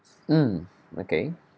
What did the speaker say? mm okay